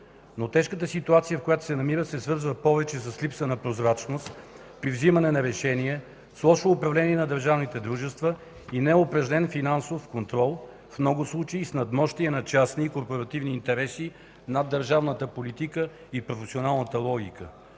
Но тежката ситуация, в която се намира, се свързва повече с липса на прозрачност при вземане на решения, с лошо управление на държавните дружества и неупражнен финансов контрол, в много случаи – с надмощие на частни и корпоративни интереси над държавната политика и професионалната логика.